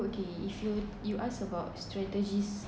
okay if you you ask about strategies